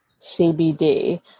CBD